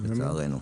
לצערנו.